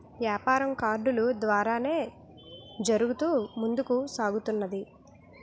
యాపారం కార్డులు ద్వారానే జరుగుతూ ముందుకు సాగుతున్నది